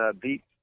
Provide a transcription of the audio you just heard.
beat